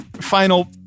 final